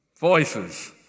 voices